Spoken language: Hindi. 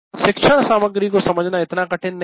शिक्षण सामग्री को समझना इतना कठिन नहीं है